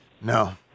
No